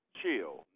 chill